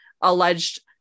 alleged